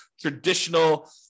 traditional